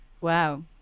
Wow